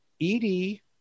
Edie